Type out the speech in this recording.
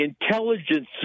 Intelligence